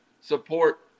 support